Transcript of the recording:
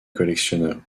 collectionneurs